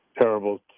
Terrible